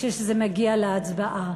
כשזה מגיע להצבעה.